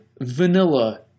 Vanilla